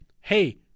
hey